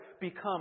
become